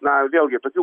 na vėlgi tokių